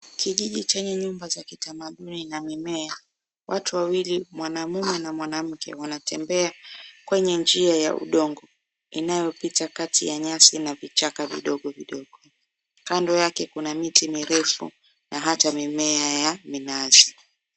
Kijiji chenye nyumba za kitamaduni na mimea, watu wawili mwanamke na mwanamume wanatembea kwenye njia ya udongo inayopita kati ya nyasi na vichaka vidogo vidogo, kando yake kuna miti mirefu na ata mimea ya mnazi.